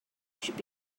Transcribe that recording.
should